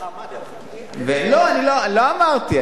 לא אמרתי.